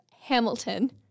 Hamilton